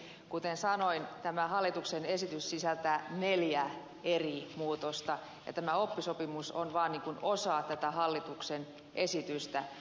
kuten sanoin tämä hallituksen esitys sisältää neljä eri muutosta ja tämä oppisopimus on vaan osa tätä hallituksen esitystä